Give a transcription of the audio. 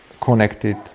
connected